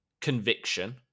conviction